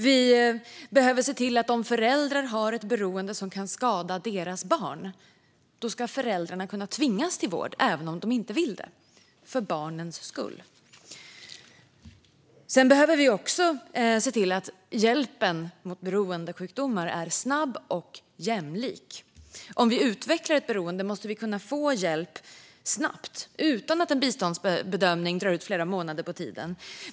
Vi behöver se till att om föräldrar har ett beroende som kan skada deras barn ska föräldrarna kunna tvingas till vård, även om de inte vill det, för barnens skull. Sedan behöver vi se till att hjälpen mot beroendesjukdomar är snabb och jämlik. Om vi utvecklar ett beroende måste vi kunna få hjälp snabbt utan att en biståndsbedömning drar ut flera månader på tiden.